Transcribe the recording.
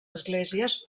esglésies